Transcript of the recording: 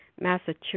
Massachusetts